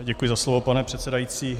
Děkuji za slovo, pane předsedající.